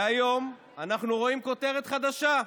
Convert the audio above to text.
והיום אנחנו רואים כותרת חדשה: